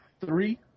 three